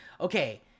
Okay